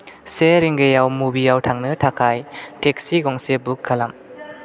से रिंगायाव मुभियाव थांनो थाखाय टेक्सि गंसे बुक खालाम